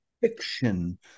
fiction